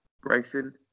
Bryson